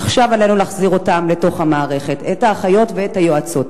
עכשיו עלינו להחזיר לתוך המערכת את האחיות ואת היועצות.